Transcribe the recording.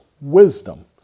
wisdom